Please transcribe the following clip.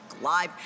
Live